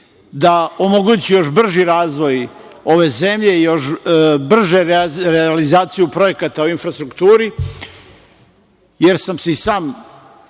da omogući još brži razvoj ove zemlje, još bržu realizaciju projekta u infrastrukturi, jer sam se i sam,